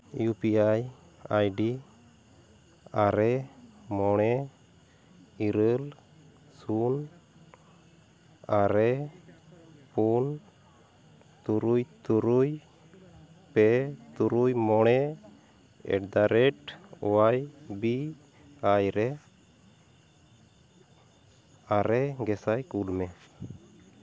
U P I ID ᱟᱨᱮ ᱢᱚᱬᱮ ᱤᱨᱟᱹᱞ ᱥᱩᱱ ᱟᱨᱮ ᱯᱩᱱ ᱛᱩᱨᱩᱭ ᱛᱩᱨᱩᱭ ᱯᱮ ᱛᱩᱨᱩᱭ ᱢᱚᱬᱮ ᱮᱴᱫᱟᱼᱨᱮᱹᱴ ᱚᱣᱟᱭ ᱵᱤ ᱟᱭ ᱨᱮ ᱟᱨᱮ ᱜᱮᱥᱟᱭ ᱠᱩᱞ ᱢᱮ